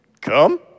Come